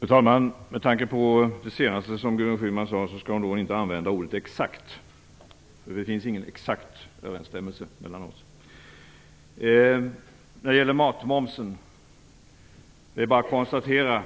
Fru talman! Med tanke på det senaste som Gudrun Schyman sade skall hon inte använda ordet "exakt". Det finns ingen exakt överensstämmelse mellan oss. När det gäller matmomsen är det bara att konstatera